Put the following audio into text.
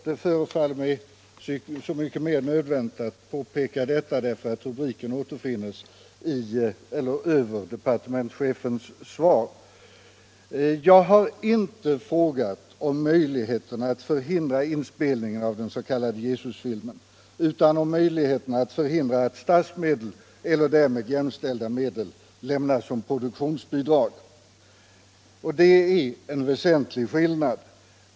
Det förefaller mig så mycket mer nödvändigt att påpeka detta som rubriken återfinns i departementschefens svar. Jag har inte frågat om möjligheterna att förhindra inspelningen av den s.k. Jesusfilmen, utan om möjligheterna att förhindra att statsmedel eller därmed jämställda medel lämnas som produktionsbidrag. Det är en väsentlig skillnad.